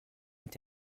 est